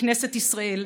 בכנסת ישראל,